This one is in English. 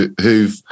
who've